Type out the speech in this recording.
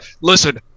Listen